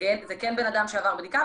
זה כן בן אדם שעבר בדיקה,